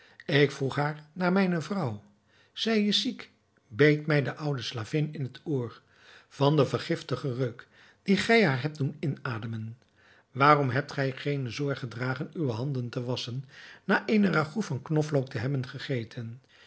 ik vroeg haar naar mijne vrouw zij is ziek beet mij de oude slavin in het oor van den vergiftigen reuk dien gij haar hebt doen inademen waarom hebt gij geene zorg gedragen uwe handen te wasschen na eene ragout van knoflook te hebben gegeten